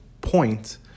point